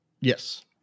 yes